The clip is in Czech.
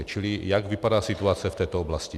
Čili jak vypadá situace v této oblasti?